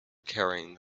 carrying